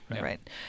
Right